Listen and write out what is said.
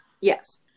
Yes